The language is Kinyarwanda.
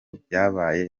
byabaye